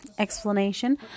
Explanation